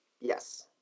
Yes